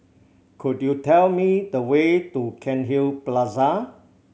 could you tell me the way to Cairnhill Plaza